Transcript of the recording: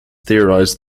theorized